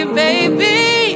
baby